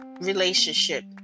relationship